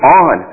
on